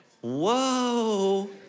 whoa